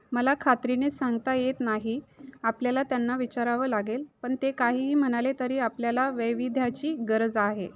मला खात्रीने सांगता येत नाही आपल्याला त्यांना विचारावं लागेल पण ते काहीही म्हणाले तरी आपल्याला वैविध्याची गरज आहे